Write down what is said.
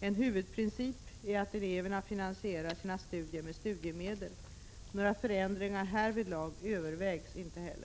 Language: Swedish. En huvudprincip är att eleverna finansierar sina studier med studiemedel. Några förändringar härvidlag övervägs inte heller.